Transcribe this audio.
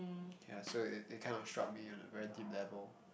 ya so th~ they kind of struck me on a very deep level